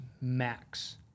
max